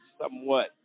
somewhat